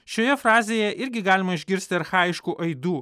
šioje fazėje irgi galima išgirsti archajiškų aidų